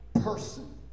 person